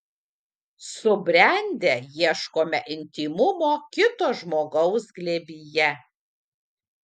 subrendę ieškome intymumo kito žmogaus glėbyje